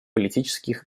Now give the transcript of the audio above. политических